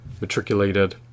matriculated